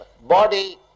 body